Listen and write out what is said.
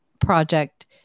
project